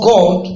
God